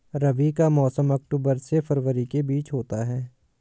रबी का मौसम अक्टूबर से फरवरी के बीच होता है